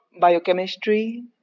biochemistry